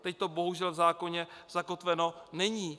Teď to bohužel v zákoně zakotveno není.